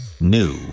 new